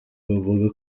bavuga